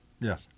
yes